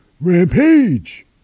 Rampage